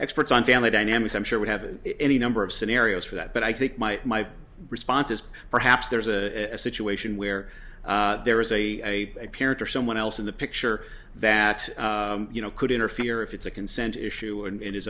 experts on family dynamics i'm sure would have any number of scenarios for that but i think my response is perhaps there's a situation where there is a parent or someone else in the picture that you know could interfere if it's a consent issue and